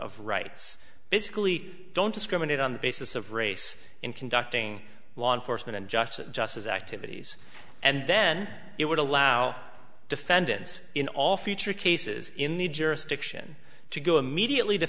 of rights basically don't discriminate on the basis of race in conducting law enforcement and just just as activities and then it would allow defendants in all future cases in the jurisdiction to go immediately to